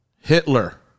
Hitler